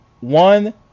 one